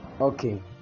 okay